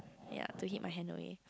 ya to hit my hand away